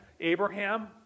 Abraham